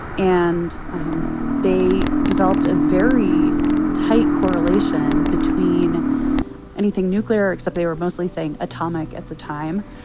and they developed a very tight correlation between anything nuclear except they were mostly saying atomic at the time.